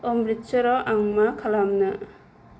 अमृटचराव आं मा खालामनो